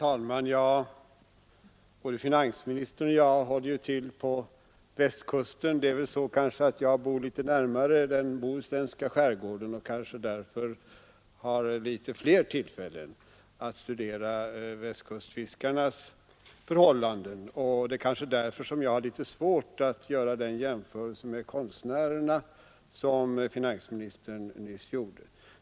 Herr talman! Både finansministern och jag håller ju till på Västkusten, men det är väl så att jag bor litet närmare den bohuslänska skärgården och kanske därför har fler tillfällen att studera västkustfiskarnas förhållanden. Det är möjligen därför jag har litet svårt att göra den jämförelse med konstnärerna som finansministern nyss gjorde.